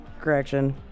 correction